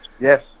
Yes